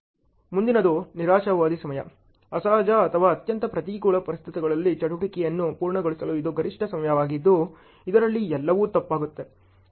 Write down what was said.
ಮುಂದಿನದು ನಿರಾಶಾವಾದಿ ಸಮಯ ಅಸಹಜ ಅಥವಾ ಅತ್ಯಂತ ಪ್ರತಿಕೂಲ ಪರಿಸ್ಥಿತಿಗಳಲ್ಲಿ ಚಟುವಟಿಕೆಯನ್ನು ಪೂರ್ಣಗೊಳಿಸಲು ಇದು ಗರಿಷ್ಠ ಸಮಯವಾಗಿದ್ದು ಇದರಲ್ಲಿ ಎಲ್ಲವೂ ತಪ್ಪಾಗುತ್ತದೆ